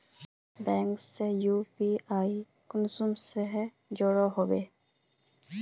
Bank से UPI कुंसम करे जुड़ो होबे बो?